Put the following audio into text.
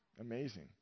Amazing